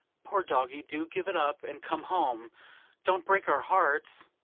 poor doggie do give it up and come home don't break our hearts!